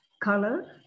color